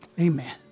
Amen